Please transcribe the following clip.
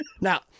now